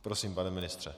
Prosím, pane ministře.